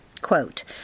quote